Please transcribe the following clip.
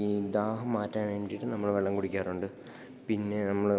ഈ ദാഹം മാറ്റാൻ വേണ്ടിയിട്ട് നമ്മള് വെള്ളം കുടിക്കാറുണ്ട് പിന്നെ നമ്മള്